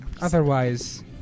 Otherwise